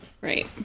right